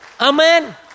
Amen